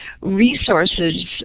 resources